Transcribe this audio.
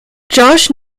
josh